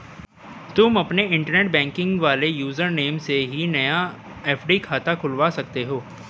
तुम अपने internet banking वाले यूज़र नेम से ही नया एफ.डी खाता खुलवा सकते हो